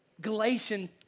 Galatian